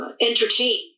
entertain